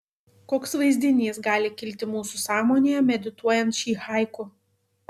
koks vaizdinys gali kilti mūsų sąmonėje medituojant šį haiku